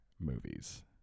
movies